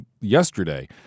yesterday –